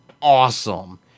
awesome